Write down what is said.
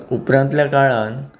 उपरांतल्या काळान